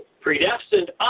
predestined